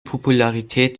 popularität